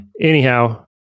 Anyhow